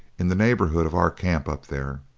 in the neighborhood of our camp up there.